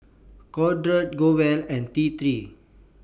Kordel's Growell and T three